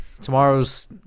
Tomorrow's